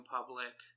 Public